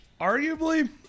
arguably